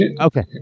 Okay